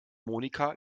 monika